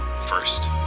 first